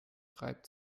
reibt